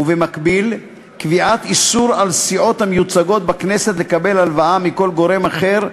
ובמקביל קביעת איסור על סיעות המיוצגות בכנסת לקבל הלוואה מכל גורם אחר,